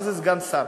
מה זה סגן שר?